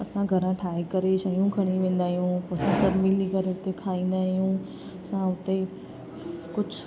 असां घरां ठाहे करे शयूं खणी वेंदा आहियूं असां सभु मिली करे उते खाईंदा आहियूं असां उते कुझु